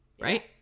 right